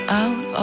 out